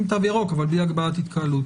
עם תו ירוק אבל בלי הגבלת התקהלות,